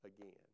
again